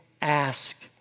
Ask